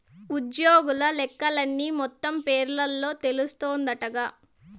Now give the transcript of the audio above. ఉజ్జోగుల లెక్కలన్నీ మొత్తం పేరోల్ల తెలస్తాందంటగా